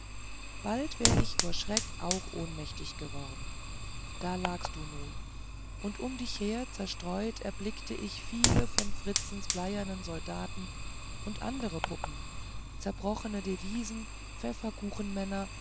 bald wär ich vor schreck auch ohnmächtig geworden da lagst du nun und um dich her zerstreut erblickte ich viele von fritzens bleiernen soldaten und andere puppen zerbrochene devisen